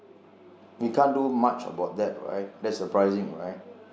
you can't do much about that right that's the pricing right